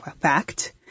fact